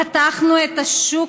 פתחנו את השוק.